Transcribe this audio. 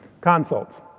Consults